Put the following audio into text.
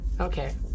Okay